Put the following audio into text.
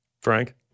Frank